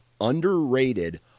underrated